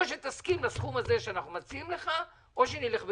או שתסכים לסכום שאנחנו מציעים לך או שנלך בכוח.